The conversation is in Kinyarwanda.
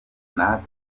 natwe